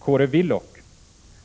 Kåre Willoch,